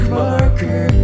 marker